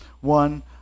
one